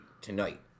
tonight